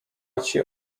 płaci